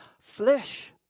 flesh